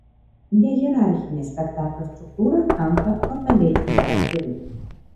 nehierarchinė spektaklio struktūra tampa totaliai interaktyvi